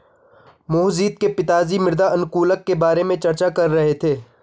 मोहजीत के पिताजी मृदा अनुकूलक के बारे में चर्चा कर रहे थे